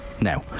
now